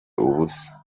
ubusa